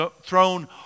throne